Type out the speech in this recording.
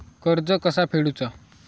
कर्ज कसा फेडुचा?